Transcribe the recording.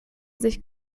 sich